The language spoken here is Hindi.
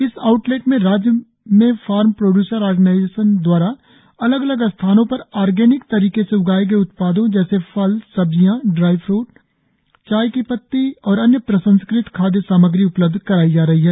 इस आउटलेट में राज्य में फार्म प्रोड्सर ऑर्गेनाइजेशन द्वारा अलग अलग स्थानों पर ऑर्गेनिक तरीके से उगाए गए उत्पादों जैसे फल सब्जियाँ ड्राईफूड चाय की पत्ती और अन्य प्रसंस्कृत खाद्य सामग्री उपलब्ध कराई जा रही है